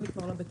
והיום מה?